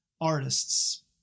artists